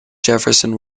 jefferson